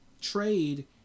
Trade